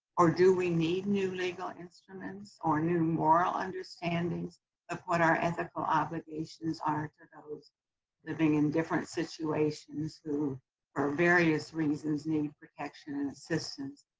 or do we need new legal instruments? or new moral understandings of what our ethical obligations are to those living in different situations who for various reasons need protection and assistance,